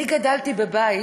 אני גדלתי בבית